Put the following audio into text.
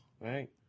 Right